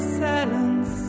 silence